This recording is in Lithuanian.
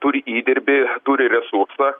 turi įdirbį turi resursą